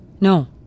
No